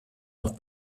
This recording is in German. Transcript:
noch